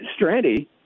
Strandy